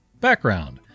Background